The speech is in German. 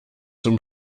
zum